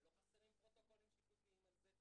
ולא חסרים פרוטוקולים שיפוטיים על זה,